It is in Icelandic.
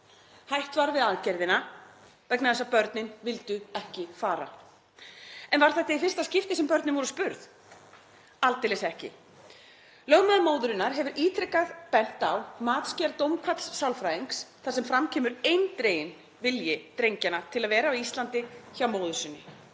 Hætt var við aðgerðina vegna þess að börnin vildu ekki fara. En var þetta í fyrsta skipti sem börnin voru spurð? Aldeilis ekki. Lögmaður móðurinnar hefur ítrekað bent á matsgerð dómkvadds sálfræðings þar sem fram kemur eindreginn vilji drengjanna til að vera á Íslandi hjá móður sinni.